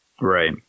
right